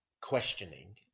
questioning